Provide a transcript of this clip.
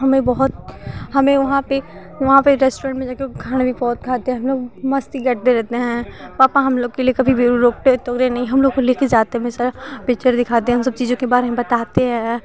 हमें बहुत हमें वहाँ पर वहाँ रेस्टोरेन्ट में जाकर खाना भी बहुत खाते हैं हमलोग मस्ती करते रहते हैं पापा हमलोग के लिए कभी भी रोकते टोकते नहीं हमलोगों को लेकर जाते हैं हमेशा पिक्चर दिखाते हैं सब चीज़ों के बारे में बताते हैं